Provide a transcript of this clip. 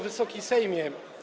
Wysoki Sejmie!